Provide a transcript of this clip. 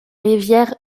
rivière